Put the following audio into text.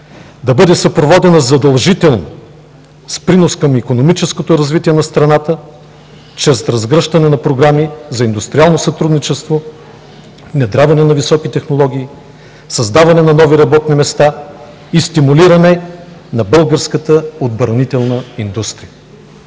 да бъде съпроводена задължително с принос към икономическото развитие на страната чрез разгръщане на програми за индустриално сътрудничество, внедряване на високи технологии, създаване на нови работни места и стимулиране на българската отбранителна индустрия.